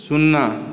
शुन्ना